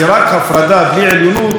כי רק הפרדה בלי עליונות,